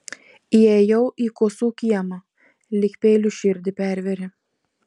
įėjau į kuosų kiemą lyg peiliu širdį pervėrė